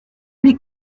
lui